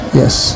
yes